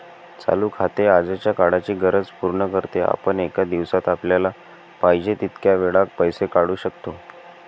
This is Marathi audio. चालू खाते आजच्या काळाची गरज पूर्ण करते, आपण एका दिवसात आपल्याला पाहिजे तितक्या वेळा पैसे काढू शकतो